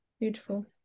beautiful